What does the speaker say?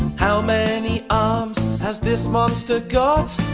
how many arms has this monster got?